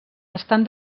estan